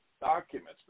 documents